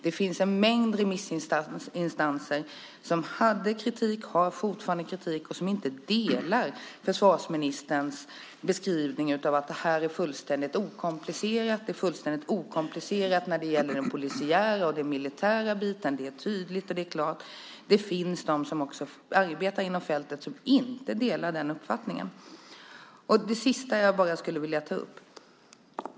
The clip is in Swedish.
Det finns en mängd remissinstanser som haft och som fortfarande har kritik och som inte delar försvarsministerns beskrivning av att det här är fullständigt okomplicerat, att det är fullständigt okomplicerat när det gäller den polisiära och den militära biten och att det är tydligt och klart. Det finns också personer som arbetar inom det här fältet som inte delar den uppfattningen. En sista sak som jag skulle vilja ta upp är följande.